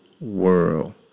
world